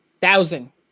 Thousand